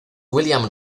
william